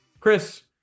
Chris